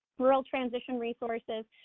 rural transition resources,